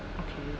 okay